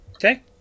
Okay